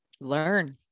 learn